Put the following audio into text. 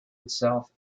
itself